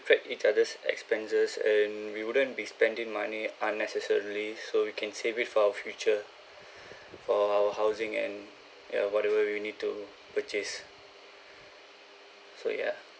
track each other's expenses and we wouldn't be spending money unnecessarily so we can save it for our future for housing and ya whatever we need to purchase so yeah